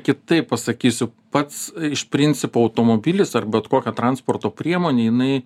kitaip pasakysiu pats iš principo automobilis ar bet kokia transporto priemonė jinai